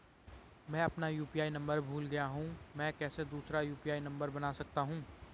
मैं अपना UPI number भूल गया हूँ मैं कैसे दूसरा यु.पी.आई नम्बर बना सकता हूँ?